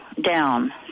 down